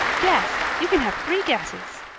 guess. you can have three guesses.